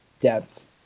depth